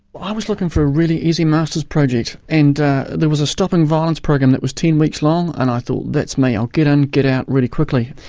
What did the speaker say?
i was looking for a really easy masters project, and there was a stopping violence program that was ten weeks long, and i thought, that's me i'll get in and get out really quickly.